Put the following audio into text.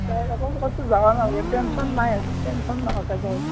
তাৰ ক'তো যাবা নালগে টেনচন নাই আৰু টেনচন নহোকে হয়